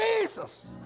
Jesus